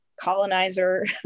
colonizer